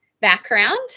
background